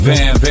Van